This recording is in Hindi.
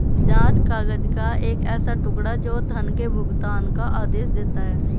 जाँच काग़ज़ का एक ऐसा टुकड़ा, जो धन के भुगतान का आदेश देता है